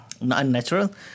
unnatural